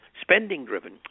spending-driven